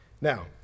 Now